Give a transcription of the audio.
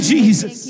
Jesus